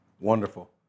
Wonderful